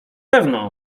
pewno